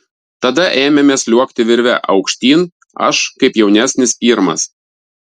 tada ėmėme sliuogti virve aukštyn aš kaip jaunesnis pirmas